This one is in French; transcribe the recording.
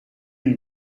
une